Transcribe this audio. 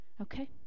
Okay